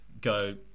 go